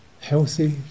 healthy